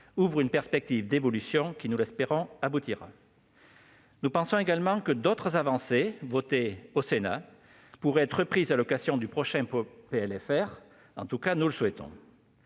ouvre une perspective d'évolution qui, nous l'espérons, aboutira. Nous pensons également que d'autres avancées votées au Sénat pourraient être reprises à l'occasion du prochain projet de loi de finances